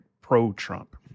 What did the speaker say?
pro-Trump